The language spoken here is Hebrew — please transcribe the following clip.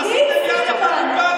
אתה מבין?